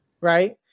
right